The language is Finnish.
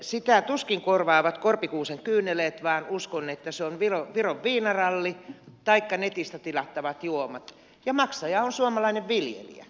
sitä tuskin korvaavat korpikuusen kyyneleet vaan uskon että se on viron viinaralli taikka netistä tilattavat juomat ja maksaja on suomalainen viljelijä